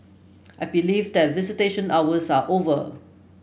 I believe that visitation hours are over